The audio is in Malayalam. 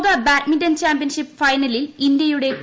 ലോക ബാഡ്മിന്റൺ ചാമ്പ്യൻഷിപ്പ് ഫൈനലിൽ ഇന്ത്യയുടെ പി